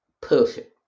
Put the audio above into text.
perfect